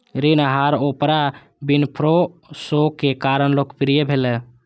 ऋण आहार Oprah Winfrey show के कारण लोकप्रिय भेलै